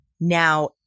Now